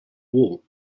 war